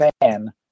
fan